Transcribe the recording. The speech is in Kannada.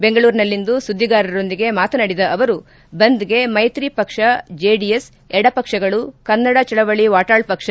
ಬೆಂಗಳೂರಿನಲ್ಲಿಂದು ಸುದ್ದಿಗಾರರೊಂದಿಗೆ ಮಾತನಾಡಿದ ಅವರು ಬಂದ್ಗೆ ಮೈತ್ರಿ ಪಕ್ಷ ಜೆಡಿಎಸ್ ಎಡಪಕ್ಷಗಳು ಕನ್ನಡ ಚಳವಳಿ ವಾಟಾಳ್ ಪಕ್ಷ